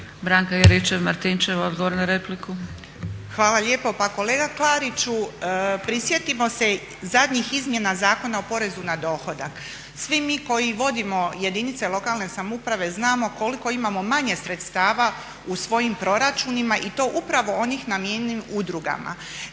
**Juričev-Martinčev, Branka (HDZ)** Hvala lijepo. Pa kolega Klariću, prisjetimo se zadnjih izmjena Zakona o porezu na dohodak. Svi mi koji vodimo jedinice lokalne samouprave znamo koliko imamo manje sredstava u svojim proračunima i to upravo onih namijenjenih udrugama.